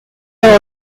are